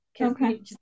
Okay